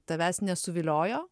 tavęs nesuviliojo